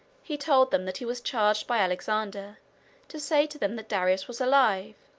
he told them that he was charged by alexander to say to them that darius was alive,